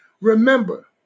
Remember